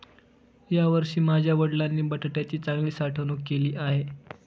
यावर्षी माझ्या वडिलांनी बटाट्याची चांगली साठवणूक केली आहे